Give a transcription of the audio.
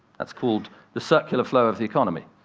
that's called the circular flow of the economy.